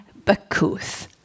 Bakuth